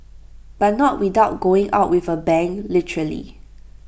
but not without going out with A bang literally